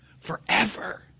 forever